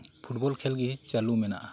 football ᱠᱷᱮᱞᱜᱮ ᱪᱟᱹᱞᱩ ᱢᱮᱱᱟᱜᱼᱟ